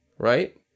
Right